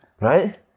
right